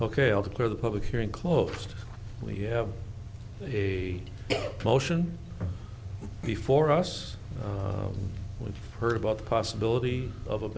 ok i'll declare the public hearing closed we have the motion before us we've heard about the possibility of a